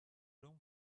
room